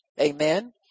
Amen